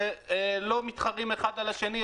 וזה לא מתחרים האחד על השני,